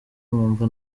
nkumva